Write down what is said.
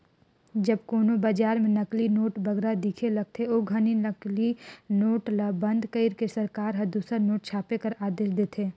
जब कोनो बजार में नकली नोट बगरा दिखे लगथे, ओ घनी नकली नोट ल बंद कइर के सरकार हर दूसर नोट छापे कर आदेस देथे